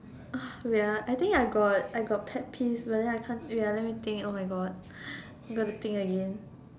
wait ah I think I got I got pet peeves but then I can't wait ah let me think oh my god I got to think again